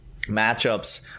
matchups